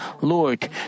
Lord